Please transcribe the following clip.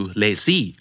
lazy